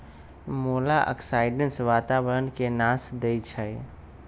मोलॉक्साइड्स वातावरण के नाश देई छइ